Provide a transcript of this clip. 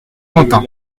quentin